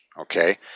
okay